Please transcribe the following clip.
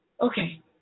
Okay